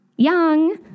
young